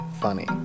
funny